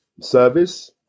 service